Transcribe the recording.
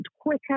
quicker